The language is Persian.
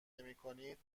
نمیکنید